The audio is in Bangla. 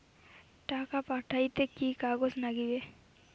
টাকা পাঠাইতে কি কাগজ নাগীবে?